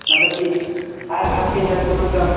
मतलब कि आपके हिसाब से मतलब